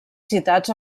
citats